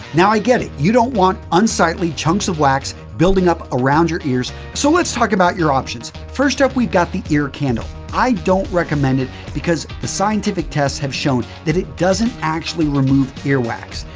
now, i get it, you don't want unsightly chunks of wax building up around your ears, so let's talk about your options. first up, we've got the ear candle. i don't recommend it because scientific tests have shown that it doesn't actually remove ear wax.